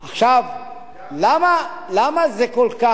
למה זה כל כך